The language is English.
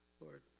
Lord